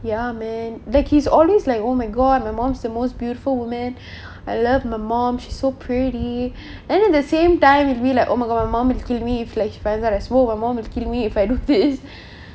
ya man like he's always like oh my god my mom's the most beautiful women I love my mom she's so pretty and at the same time with me like oh my god my mom is clingy if she finds out I swore my mom will kill me if I do this